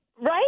Right